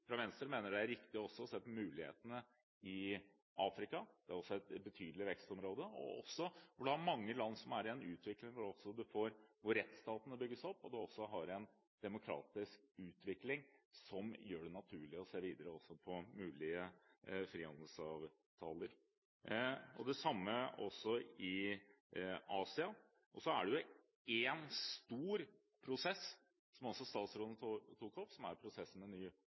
Afrika. Det er et betydelig vekstområde, rettsstaten bygges opp i mange av landene, og det er en demokratisk utvikling som gjør det naturlig å se videre på mulige frihandelsavtaler. Det samme også i Asia. Så er det én stor prosess, som altså statsråden tok opp, som er prosessen med nye